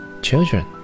Children